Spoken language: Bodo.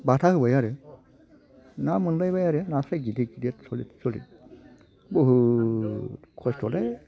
बाथा होबाय आरो ना मोनलायबाय आरो नास्राय गिदिर गिदिर सलिद सलिद बुहुत खस्थ'लै